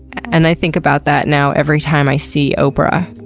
and i think about that now every time i see oprah,